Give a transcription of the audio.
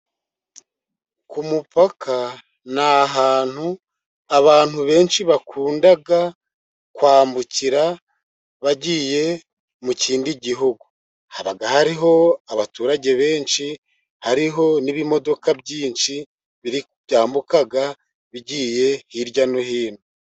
Ku mupaka ni ahantu, abantu benshi bakunda kwambukira, bagiye mu kindi gihugu, hariho abaturage benshi, hariho n'ibimodoka byinshi, byambuka bigiye hirya no hino.